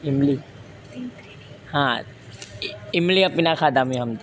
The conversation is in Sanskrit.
इम्बलि हा इम्लि अपि न खादामि अहं